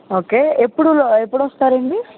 okay ఎప్పుడు ఎప్పుడు వస్తారండి